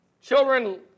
children